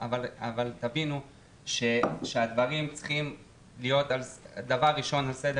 אבל תבינו שהדברים צריכים להיות דבר ראשון על סדר